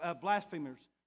blasphemers